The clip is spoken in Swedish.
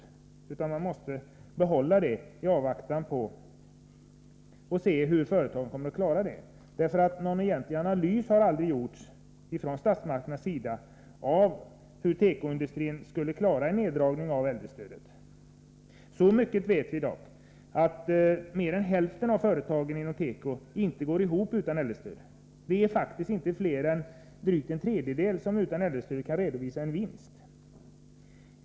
Det måste behållas för att man skall kunna se hur företagen klarar sig. Statsmakterna har egentligen aldrig gjort någon analys av tekoindustrins möjligheter att klara sig utan det tillskott som äldrestödet ger. Så mycket vet vi i dag att mer än hälften av företagen inom tekoindustrin inte går ihop utan äldrestöd. Det är faktiskt inte fler än drygt en tredjedel som utan äldrestöd kan redovisa en vinst.